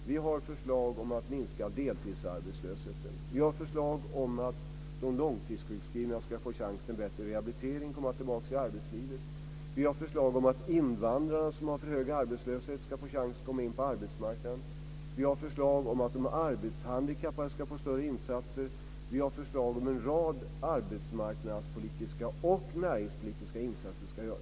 Vi har förslag om att minska deltidsarbetslösheten. Vi har förslag om att de långtidssjukskrivna ska få chans till en bättre rehabilitering och komma tillbaka till arbetslivet. Vi har förslag om att invandrarna, som har för hög arbetslöshet, ska få chans att komma in på arbetsmarknaden. Vi har förslag om att de arbetshandikappade ska få större insatser. Vi har förslag om att en rad arbetsmarknadspolitiska och näringspolitiska insatser ska göras.